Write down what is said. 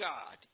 God